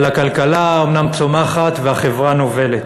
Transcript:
אבל הכלכלה אומנם צומחת, והחברה נובלת.